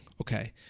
Okay